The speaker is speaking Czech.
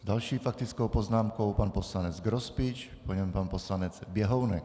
S další faktickou poznámkou pan poslanec Grospič, po něm pan poslanec Běhounek.